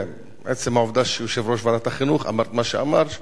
ועצם העובדה שיושב-ראש ועדת החינוך אמר את מה שאמר,